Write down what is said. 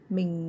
Mình